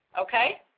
Okay